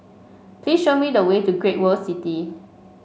please show me the way to Great World City